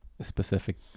specific